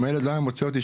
אם הילד לא היה מוצא אותי,